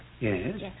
Yes